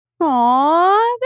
Aw